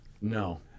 No